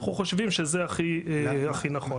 אנחנו חושבים שזה הכי נכון.